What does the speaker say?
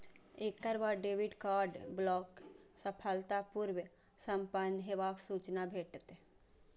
एकर बाद debit card block सफलतापूर्व संपन्न हेबाक सूचना भेटत